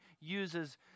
uses